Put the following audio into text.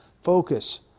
focus